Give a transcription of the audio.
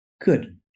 good